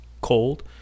cold